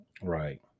Right